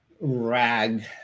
rag